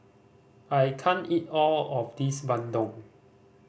I can't eat all of this bandung